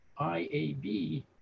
iab